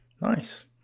nice